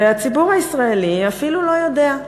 והציבור הישראלי אפילו לא יודע.